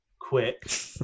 quick